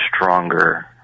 stronger